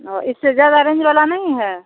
ओ इससे ज़्यादा रेंज वाला नहीं है